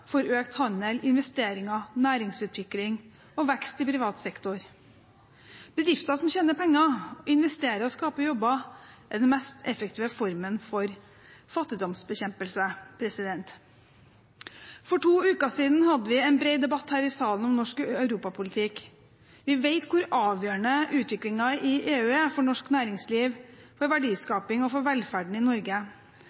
for økt handel, investeringer, næringsutvikling og vekst i privat sektor. Bedrifter som tjener penger, investerer og skaper jobber, er den mest effektive formen for fattigdomsbekjempelse. For to uker siden hadde vi en bred debatt her i salen om norsk europapolitikk. Vi vet hvor avgjørende utviklingen i EU er for norsk næringsliv, for